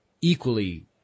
equally